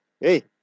hey